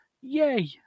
Yay